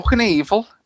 evil